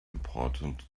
important